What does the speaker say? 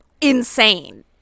insane